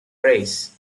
rays